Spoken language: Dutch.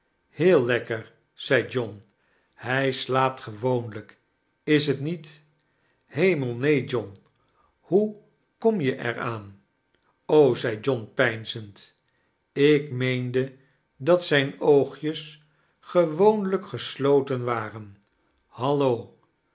heel lekker zei john hij slaapt gewoonlijk is t niet hemel neen john hoe kom je er aan zei john peinzend ik meende dat zijn oogjes gewooniijk gesloteti waren hallo